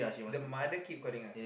the mother keep calling ah